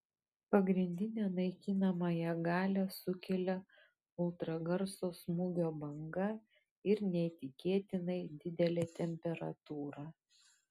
pagrindinę naikinamąją galią sukelia ultragarso smūgio banga ir neįtikėtinai didelė temperatūra